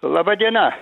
laba diena